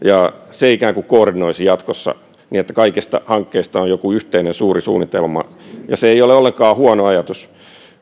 se ikään kuin koordinoisi jatkossa niin että kaikista hankkeista on joku yhteinen suuri suunnitelma ja se ei mielestäni ole ollenkaan huono ajatus